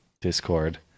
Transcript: Discord